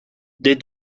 des